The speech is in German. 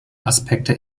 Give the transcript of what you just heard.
aspekte